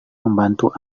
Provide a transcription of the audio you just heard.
membantu